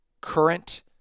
current